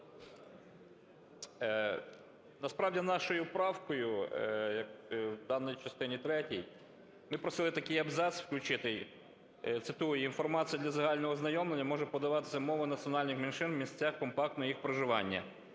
Насправді нашою правкою в даній частині третій ми просили такий абзац включити. Цитую: "Інформація для загального ознайомлення може подаватися мовою національних меншин в місцях компактного їх проживання".